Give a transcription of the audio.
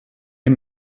est